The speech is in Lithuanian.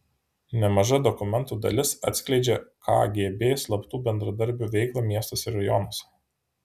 nemaža dokumentų dalis atskleidžia kgb slaptų bendradarbių veiklą miestuose ir rajonuose